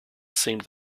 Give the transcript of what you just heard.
seemed